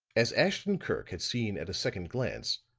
as ashton-kirk had seen at a second glance,